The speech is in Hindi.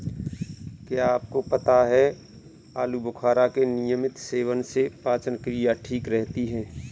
क्या आपको पता है आलूबुखारा के नियमित सेवन से पाचन क्रिया ठीक रहती है?